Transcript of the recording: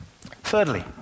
Thirdly